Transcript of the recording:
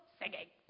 singing